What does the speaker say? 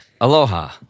Aloha